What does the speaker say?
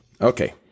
Okay